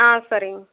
ஆ சரிங்க